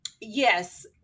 Yes